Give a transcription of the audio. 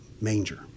manger